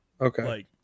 Okay